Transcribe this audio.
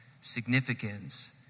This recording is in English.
significance